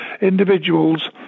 individuals